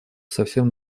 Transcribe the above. совсем